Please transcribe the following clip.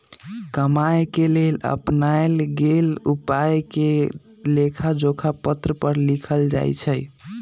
कमाए के लेल अपनाएल गेल उपायके लेखाजोखा पत्र पर लिखल जाइ छइ